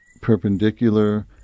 perpendicular